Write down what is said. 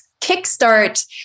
kickstart